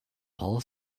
paul